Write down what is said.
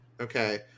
Okay